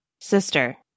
sister